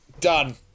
done